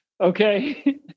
okay